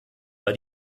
bei